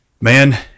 man